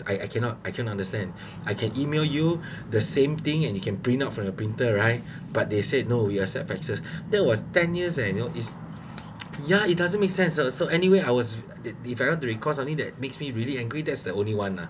I I cannot I cannot understand I can email you the same thing and you can print out from your printer right but they said no you accept faxes there was ten years leh you know is yeah it doesn't make sense uh so anyway if I want to recall something that really that makes me angry that's the only one lah